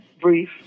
brief